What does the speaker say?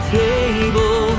table